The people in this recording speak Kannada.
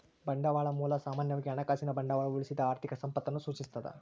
ಬಂಡವಾಳದ ಮೂಲ ಸಾಮಾನ್ಯವಾಗಿ ಹಣಕಾಸಿನ ಬಂಡವಾಳವು ಉಳಿಸಿದ ಆರ್ಥಿಕ ಸಂಪತ್ತನ್ನು ಸೂಚಿಸ್ತದ